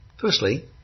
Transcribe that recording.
Firstly